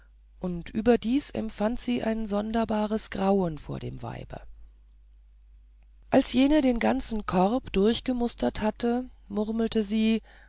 und überdies empfand sie ein sonderbares grauen vor dem weibe als jene den ganzen korb durchgemustert hatte murmelte sie